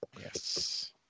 Yes